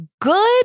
good